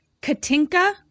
Katinka